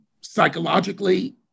psychologically